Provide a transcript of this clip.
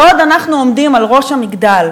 בעוד אנחנו עומדים על ראש המגדל,